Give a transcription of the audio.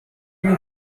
you